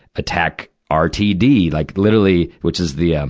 attack ah rtd. like, literally which is the, um,